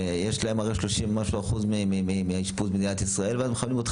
יש להם הרי מעל 30% מהאשפוז במדינת ישראל ואז מחייבים אותך